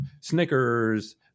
Snickers